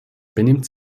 benimmt